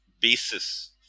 basis